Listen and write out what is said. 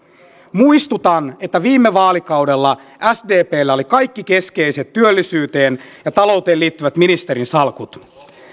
muistutan että viime vaalikaudella sdpllä oli kaikki keskeiset työllisyyteen ja talouteen liittyvät ministerinsalkut